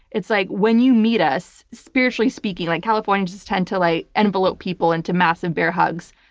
it's like when you meet us, spiritually speaking, like californians just tend to like envelope people into massive bear hugs.